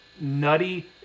nutty